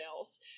else